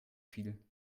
viel